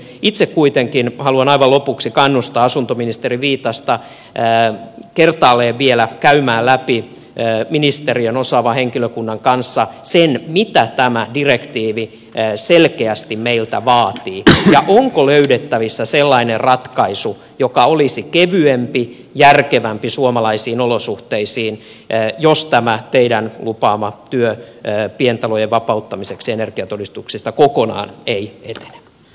itse kuitenkin haluan aivan lopuksi kannustaa asuntoministeri viitasta kertaalleen vielä käymään läpi ministeriön osaavan henkilökunnan kanssa sen mitä tämä direktiivi selkeästi meiltä vaatii ja onko löydettävissä sellainen ratkaisu joka olisi kevyempi järkevämpi suomalaisiin olosuhteisiin jos tämä teidän lupaamanne työ pientalojen vapauttamiseksi energiatodistuksesta kokonaan ei etene